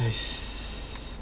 it's